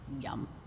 Yum